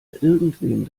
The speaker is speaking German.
irgendwem